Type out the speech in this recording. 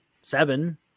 seven